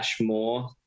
more